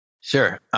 Sure